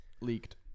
leaked